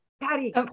Patty